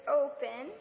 open